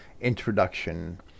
introduction